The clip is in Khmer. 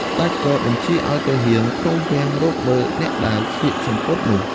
ស្ដេចក៏បញ្ជាឱ្យទាហានក្រុមវាំងរកមើលអ្នកដែលស្លៀកសំពត់នោះ។